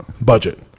budget